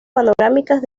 panorámicas